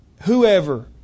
Whoever